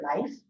life